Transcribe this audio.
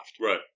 Right